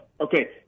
Okay